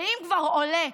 ואם כבר עולה,